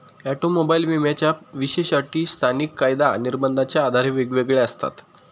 automobile विम्याच्या विशेष अटी स्थानिक कायदा निर्बंधाच्या आधारे वेगवेगळ्या असतात